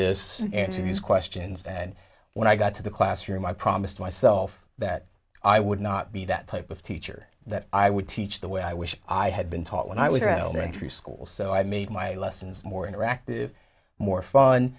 this answer these questions and when i got to the classroom i promised myself that i would not be that type of teacher that i would teach the way i wish i had been taught when i was no entry school so i made my lessons more interactive more fun